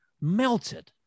melted